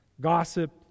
gossip